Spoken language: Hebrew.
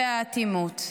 והאטימות.